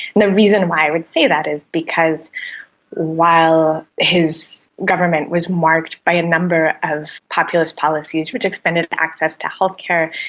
the reason why i would say that is because while his government was a marked by a number of populist policies which expanded access to healthcare,